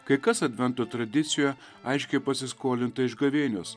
kai kas advento tradicijoje aiškiai pasiskolinta iš gavėnios